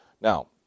Now